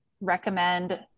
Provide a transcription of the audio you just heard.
recommend